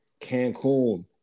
Cancun